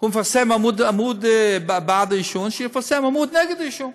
הוא מפרסם עמוד בעד עישון, שיפרסם עמוד נגד עישון.